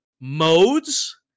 modes